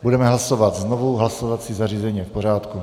Budeme hlasovat znovu, hlasovací zařízení je v pořádku.